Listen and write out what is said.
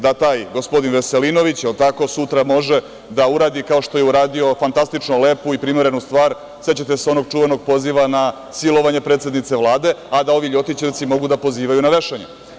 Da taj gospodin Veselinović, je li tako, sutra može da uradi, kao što je uradio fantastično lepu i primerenu stvar, sećate se onog čuvenog poziva na silovanje predsednice Vlade, a da ovi ljotićevci mogu da pozivaju na vešanje.